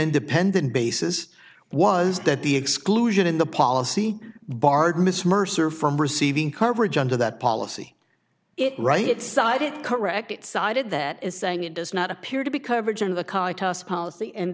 independent basis was that the exclusion in the policy barred miss mercer from receiving coverage under that policy it right side it correct it sided that is saying it does not appear to be coverage in the current us policy and